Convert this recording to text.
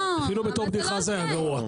אבל זה לא זה,